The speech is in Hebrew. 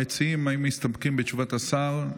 המציעים, האם מסתפקים בתשובת השר?